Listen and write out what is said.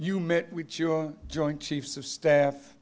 you met with your joint chiefs of staff